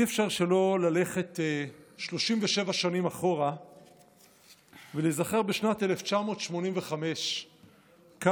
אי-אפשר שלא ללכת 37 שנים אחורה ולהיזכר בשנת 1985 כאן,